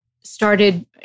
started